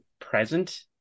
present